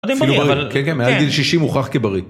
אפילו בריא, כן, כן, מעל גיל 60 מוכרח כבריא.